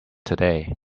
today